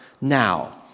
now